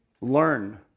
Learn